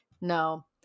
No